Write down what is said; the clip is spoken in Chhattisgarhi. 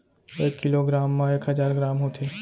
एक किलो ग्राम मा एक हजार ग्राम होथे